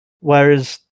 Whereas